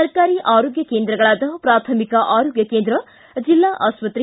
ಸರ್ಕಾರಿ ಆರೋಗ್ಯ ಕೇಂದ್ರಗಳಾದ ಪ್ರಾಥಮಿಕ ಆರೋಗ್ಯ ಕೇಂದ್ರ ಜಿಲ್ಲಾ ಆಸ್ಪತ್ರೆ